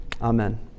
Amen